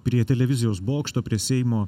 prie televizijos bokšto prie seimo